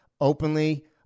openly